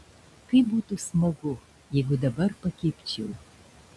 kaip būtų smagu jeigu dabar pakibčiau